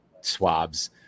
swabs